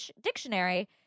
Dictionary